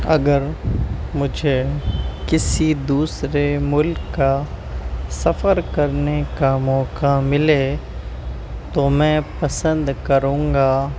اگر مجھے کسی دوسرے ملک کا سفر کرنے کا موقع ملے تو میں پسند کروں گا